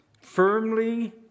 firmly